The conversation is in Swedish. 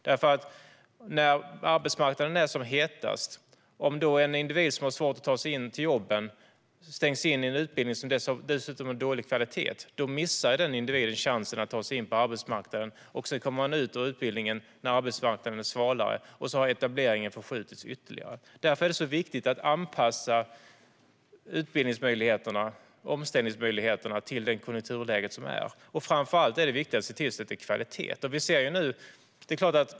Om en individ som har svårt att ta sig in på arbetsmarknaden när arbetsmarknaden är som hetast stängs in i en utbildning som dessutom har låg kvalitet missar den individen chansen att ta sig in. Sedan kommer man ut från utbildningen när arbetsmarknaden är svalare. Och då har etableringen förskjutits ytterligare. Därför är det viktigt att anpassa omställningsmöjligheterna till konjunkturläget. Det viktigaste är att se till att utbildningen har hög kvalitet.